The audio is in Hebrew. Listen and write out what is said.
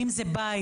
אלא אם כן זה שלך,